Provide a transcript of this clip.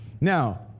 Now